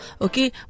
okay